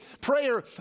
prayer